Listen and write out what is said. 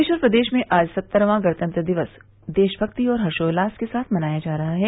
देश और प्रदेश में आज सत्तरवां गणतंत्र दिवस देश भक्ति और हर्षोल्लास के साथ मनाया जा रहा है